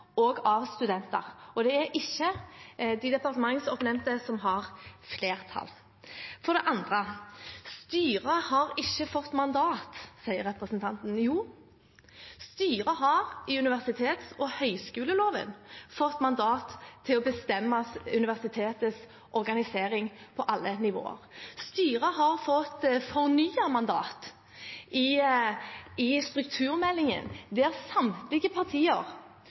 og av studenter, og det er ikke de departementsoppnevnte som har flertall. For det andre: Styret har ikke fått mandat, sier representanten. Jo, styret har i universitets- og høyskoleloven fått mandat til å bestemme universitetets organisering på alle nivåer. Styret har fått fornyet mandat i strukturmeldingen. Samtlige partier utenom Senterpartiet var helt tydelige på at det er